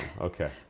Okay